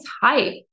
hype